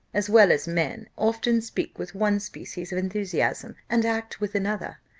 as well as men, often speak with one species of enthusiasm, and act with another.